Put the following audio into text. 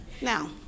Now